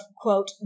quote